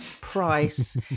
Price